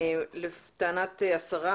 לטענת השרה,